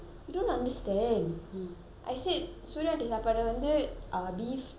I said suria aunty sappadu வந்து:sappadu vanthu ah beef chicken vegetarian right மாமாக்கு:mamakku